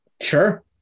Sure